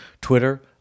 twitter